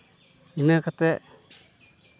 ᱤᱱᱟᱹ ᱠᱟᱛᱮᱫ